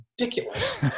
ridiculous